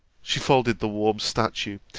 she folded the warm statue,